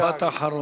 משפט אחרון.